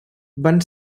van